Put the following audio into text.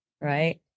Right